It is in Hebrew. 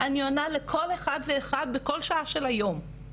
אני עונה לכל אחד ואחד בכל שעה של היום,